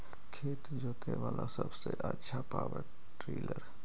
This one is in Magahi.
खेत जोते बाला सबसे आछा पॉवर टिलर?